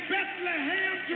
Bethlehem